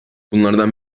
bunlardan